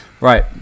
Right